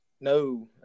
No